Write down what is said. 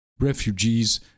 Refugees